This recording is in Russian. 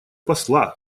посла